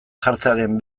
jartzearen